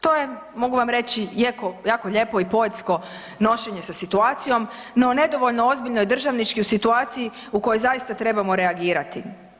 To je, mogu vam reći, jako lijepo i poetsko nošenje sa situacijom, no nedovoljno državnički u situaciji u kojoj zaista trebamo reagirati.